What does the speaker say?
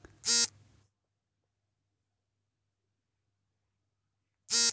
QR code ಅನ್ನು scan ಮಾಡುವ ಮೂಲಕ ನಾನು ಅಂಗಡಿಯಲ್ಲಿ ಹೇಗೆ ಪಾವತಿಸಬಹುದು?